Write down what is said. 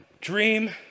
dream